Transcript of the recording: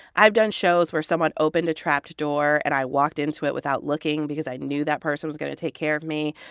i've done shows where someone opened a trapdoor, and i walked into it without looking because i knew that person was going to take care of me.